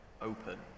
open